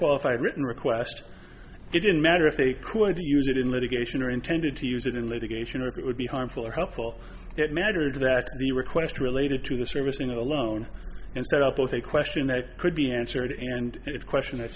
qualified written request it didn't matter if they could use it in litigation or intended to use it in litigation or if it would be harmful or helpful it mattered that the request related to the service in alone and set up with a question that could be answered and it question i